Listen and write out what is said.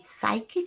Psychic